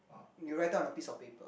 you write out on a piece of paper